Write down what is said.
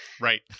Right